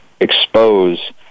expose